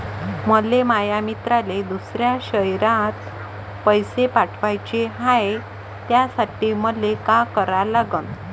मले माया मित्राले दुसऱ्या शयरात पैसे पाठवाचे हाय, त्यासाठी मले का करा लागन?